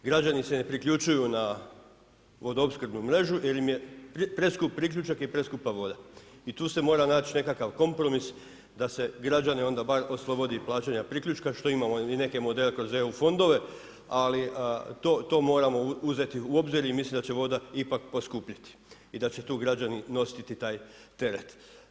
Građani se ne priključuju na vodoopskrbnu mrežu jer im je preskup priključak i preskupa voda i tu se mora naći nekakav kompromis da se građane onda bar oslobode plaćanja priključka što imamo i neke modele kroz eu fondove, ali to moramo uzeti u obzir i mislimo da će voda ipak poskupjeti i da će građani nositi taj teret.